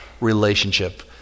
relationship